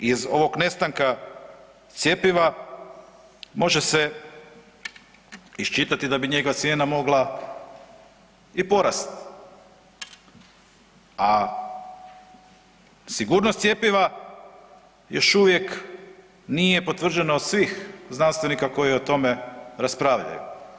Iz ovog nestanka cjepiva može se iščitati da bi njegova cijena mogla i porasti, a sigurnost cjepiva još uvijek nije potvrđeno od svih znanstvenika koji o tome raspravljaju.